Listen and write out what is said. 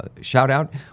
shout-out